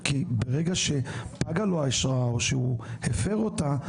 כי ברגע שפגה לו האשרה או שהוא הפר אותה,